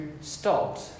stopped